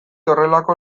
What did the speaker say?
horrelako